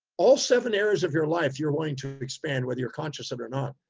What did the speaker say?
all seven areas of your life, you're wanting to expand whether you're conscious of it or not.